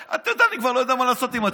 אתה יודע, אני כבר לא יודע מה לעשות עם עצמי.